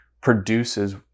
produces